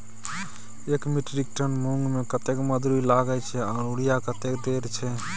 एक metric ton मूंग में कतेक मजदूरी लागे छै आर यूरिया कतेक देर छै?